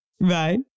Bye